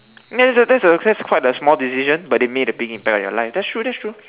ya that's a that's a that's quite a small decision but it made a big impact on your life that's true that's true